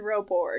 Roborg